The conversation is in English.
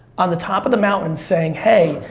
on the top of the mountain saying hey,